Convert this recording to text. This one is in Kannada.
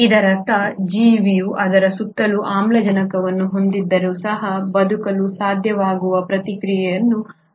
ಇದರರ್ಥ ಜೀವಿಯು ಅದರ ಸುತ್ತಲೂ ಆಮ್ಲಜನಕವನ್ನು ಹೊಂದಿದ್ದರೂ ಸಹ ಬದುಕಲು ಸಾಧ್ಯವಾಗುವ ಪ್ರಕ್ರಿಯೆಯನ್ನು ವಿಕಸನಗೊಳಿಸಬೇಕು